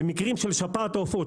במקרים של שפעת העופות,